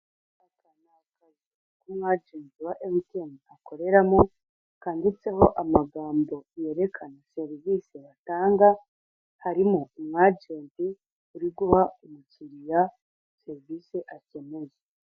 Aka ni akazu ko umu ajenti wa emutiyeni akoreramo kanditseho amagambo yerekana serivise batanga harimo umu ajenti uri guha umukiriya serivise akeneye.